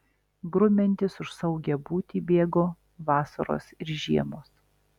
grumiantis už saugią būtį bėgo vasaros ir žiemos